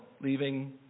Leaving